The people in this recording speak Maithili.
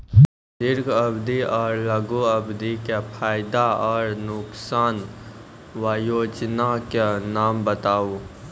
दीर्घ अवधि आर लघु अवधि के फायदा आर नुकसान? वयोजना के नाम बताऊ?